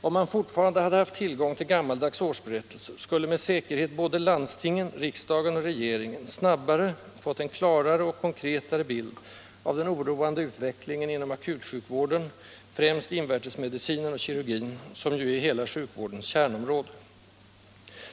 Om man fortfarande hade haft tillgång till gammaldags årsberättelser skulle med säkerhet landstingen, riksdagen och regeringen snabbare ha fått en klarare och konkretare bild av den oroande utvecklingen inom akutsjukvården, främst invärtesmedicinen och kirurgin, som ju är hela sjukvårdens kärnområden.